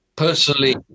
Personally